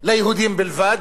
ליהודים בלבד,